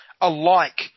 alike